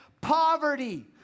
poverty